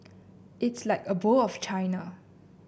it's like a bowl of china